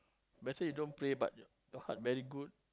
might as well you don't pray but your heart very good